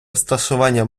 розташування